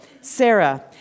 Sarah